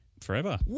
Forever